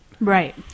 Right